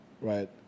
right